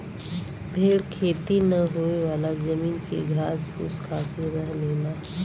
भेड़ खेती ना होयेवाला जमीन के घास फूस खाके रह लेला